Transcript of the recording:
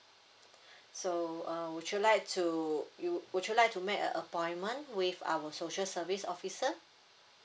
so uh would you like to you would you like to make a appointment with our social service officer